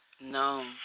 No